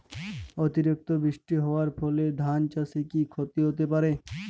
অতিরিক্ত বৃষ্টি হওয়ার ফলে ধান চাষে কি ক্ষতি হতে পারে?